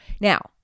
Now